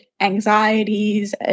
anxieties